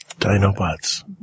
Dinobots